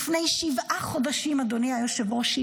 אדוני היושב-ראש,